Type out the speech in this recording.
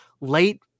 late